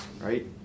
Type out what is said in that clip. right